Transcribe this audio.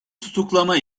tutuklama